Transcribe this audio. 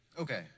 Okay